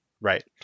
Right